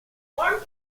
farm